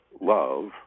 love